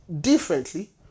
differently